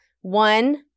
One